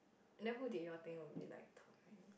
then who did you all think will be like top marry